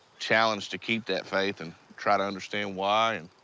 challenge to keep that faith and try to understand why, and